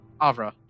Avra